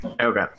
Okay